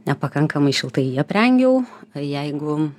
nepakankamai šiltai jį aprengiau jeigu